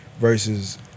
versus